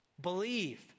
Believe